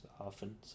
often